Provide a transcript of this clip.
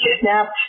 kidnapped